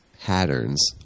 patterns